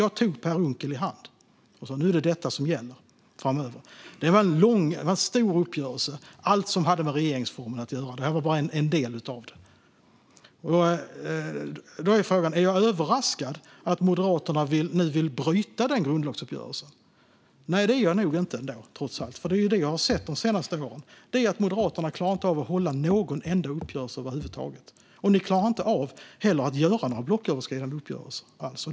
Jag tog Per Unckel i hand och sa att nu är det detta som gäller framöver. Det var en stor uppgörelse, allt som hade med regeringsformen att göra. Det här var bara en del av det. Är jag överraskad över att Moderaterna nu vill bryta den grundlagsuppgörelsen? Nej, det är jag nog inte trots allt, för det jag har sett de senaste åren är ju att Moderaterna inte klarar av att hålla någon enda uppgörelse över huvud taget. Ni klarar heller inte av att göra någon blocköverskridande uppgörelse.